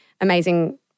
amazing